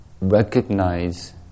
recognize